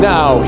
Now